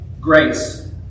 grace